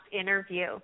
interview